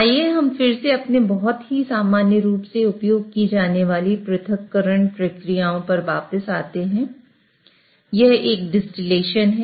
आइए हम फिर से अपने बहुत ही सामान्य रूप से उपयोग की जाने वाली पृथक्करण प्रक्रियाओं पर वापस जाते हैं यह एक डिस्टलेशन है